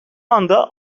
anda